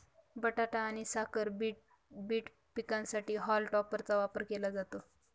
बटाटा आणि साखर बीट पिकांसाठी हॉल टॉपरचा वापर केला जातो